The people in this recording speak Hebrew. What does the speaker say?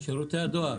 בשירותי הדואר.